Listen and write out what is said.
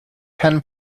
ten